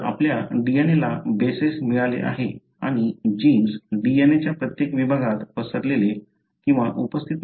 तर आपल्या DNA ला बेसेस मिळाळे आहे आणि जीन्स DNA च्या प्रत्येक विभागात पसरलेले किंवा उपस्थित नाहीत